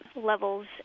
levels